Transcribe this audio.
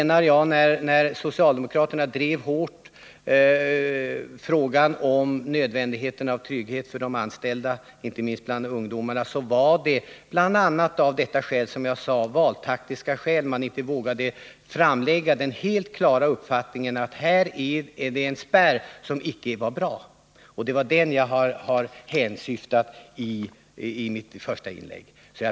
När socialdemokraterna hårt drev frågan om nödvändigheten av trygghet för de anställda — inte minst för ungdomarna — var det bl.a. av valtaktiska skäl som man från annat håll inte vågade attackera den spärr mot provanställning som fanns inbyggd i förslaget. Det var detta jag syftade på i mitt första inlägg.